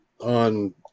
on